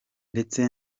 ndetse